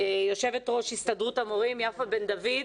יושבת-ראש הסתדרות המורים יפה בן דוד.